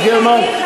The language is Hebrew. חברת הכנסת גרמן,